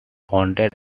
wounded